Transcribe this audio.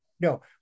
No